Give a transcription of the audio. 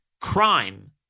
crime